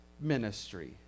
ministry